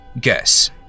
Guess